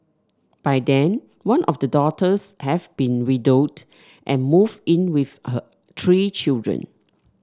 by then one of the daughters have been widowed and moved in with her three children